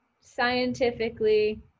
scientifically